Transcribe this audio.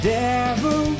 devil